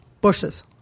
bushes